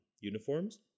uniforms